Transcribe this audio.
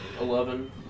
Eleven